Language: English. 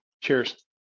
Cheers